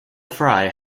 fry